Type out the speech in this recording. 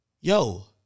Yo